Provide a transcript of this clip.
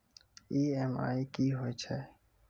EMI कि होय छै?